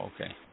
okay